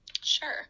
Sure